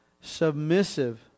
submissive